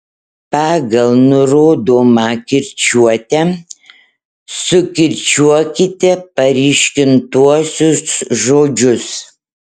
pagal nurodomą kirčiuotę sukirčiuokite paryškintuosius žodžius